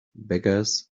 beggars